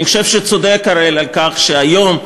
אני חושב שצודק אראל בכך שהיום,